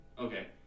Okay